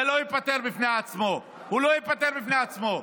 זה לא ייפתר בפני עצמו, הוא לא ייפתר בפני עצמו.